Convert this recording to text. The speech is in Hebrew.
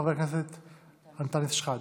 חבר הכנסת אנטאנס שחאדה.